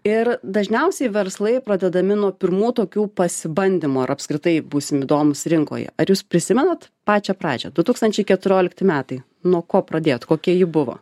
ir dažniausiai verslai pradedami nuo pirmų tokių pasibandymų ar apskritai būsim įdomūs rinkoje ar jūs prisimenat pačią pradžią du tūkstančiai keturiolikti metai nuo ko pradėjot kokia ji buvo